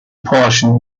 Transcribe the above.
portion